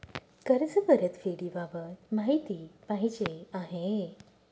कर्ज परतफेडीबाबत माहिती पाहिजे आहे